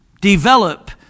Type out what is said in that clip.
develop